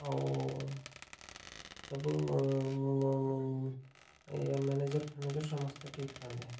ଆଉ ସବୁ ଇଏ ମ୍ୟାନେଜର୍ ଫ୍ୟାନେଜର୍ ସମସ୍ତେ ଠିକ୍ ଥାନ୍ତି